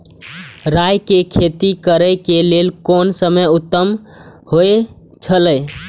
राय के खेती करे के लेल कोन समय उत्तम हुए छला?